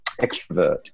extrovert